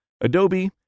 Adobe